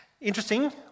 Interesting